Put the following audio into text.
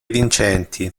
vincenti